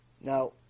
Now